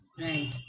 right